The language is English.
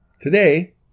today